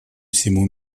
всему